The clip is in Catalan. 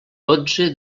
dotze